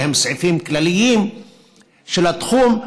שהם סעיפים כלליים של התחום,